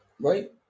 Right